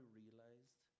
realized